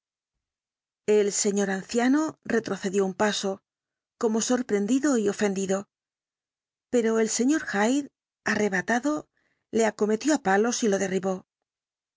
el señor anciano retrocedió un paso como sorprendido y ofendido pero el sr hyde arrebatado le acometió á palos y lo derribó